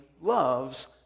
loves